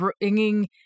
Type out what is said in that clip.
bringing